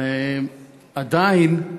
עדיין,